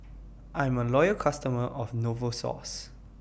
I'm A Loyal customer of Novosources